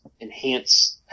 enhance